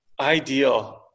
Ideal